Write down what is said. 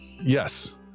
Yes